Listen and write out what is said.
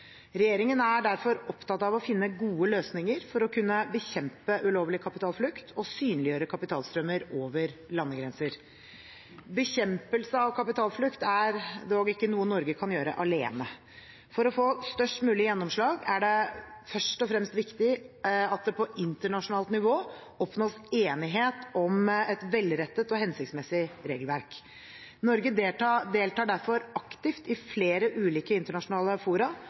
Regjeringen er derfor opptatt av å finne gode løsninger for å kunne bekjempe ulovlig kapitalflukt og synliggjøre kapitalstrømmer over landegrenser. Å bekjempe kapitalflukt er dog ikke noe Norge kan gjøre alene. For å få størst mulig gjennomslag er det først og fremst viktig at det på internasjonalt nivå oppnås enighet om et velrettet og hensiktsmessig regelverk. Norge deltar derfor aktivt i flere ulike internasjonale fora